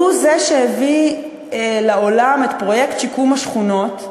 שהוא זה שהביא לעולם את פרויקט שיקום השכונות,